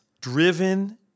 driven